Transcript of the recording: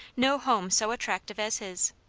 no home so attractive as his.